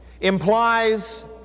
implies